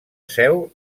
seu